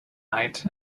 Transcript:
night